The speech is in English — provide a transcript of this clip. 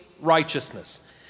righteousness